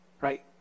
Right